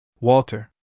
Walter